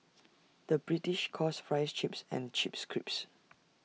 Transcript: the British calls Fries Chips and Chips Crisps